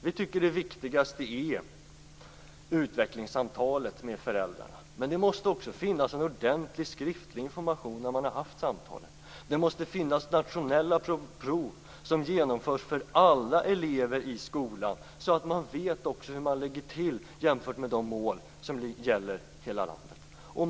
Vi tycker att det viktigaste är utvecklingssamtalet med föräldrarna men det måste också finnas en ordentlig skriftlig information när man haft samtalen. Det måste finnas nationella prov som genomförs för alla elever i skolan så att man också vet hur man ligger till jämfört med de mål som gäller för hela landet.